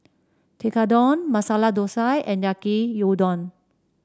Tekkadon Masala Dosa and Yaki Udon